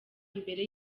imbere